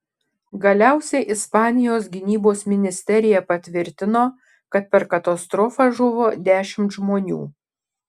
galiausiai ispanijos gynybos ministerija patvirtino kad per katastrofą žuvo dešimt žmonių